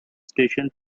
station